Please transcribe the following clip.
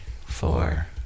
four